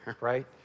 right